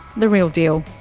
the real deal.